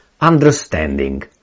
understanding